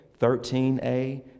13A